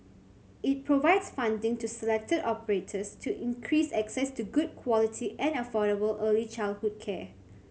it provides funding to selected operators to increase access to good quality and affordable early childhood care